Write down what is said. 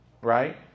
right